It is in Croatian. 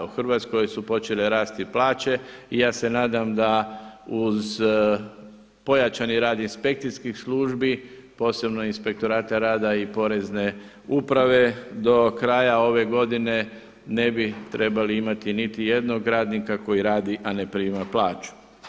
U Hrvatskoj su počele rasti plaće i ja se nadam da uz pojačani rad inspekcijskih službi, posebno inspektorata rada i Porezne uprave do kraja ove godine ne bi trebali imati niti jednog radnika koji radi a ne prima plaću.